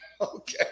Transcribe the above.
Okay